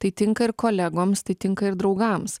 tai tinka ir kolegoms tai tinka ir draugams